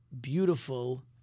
beautiful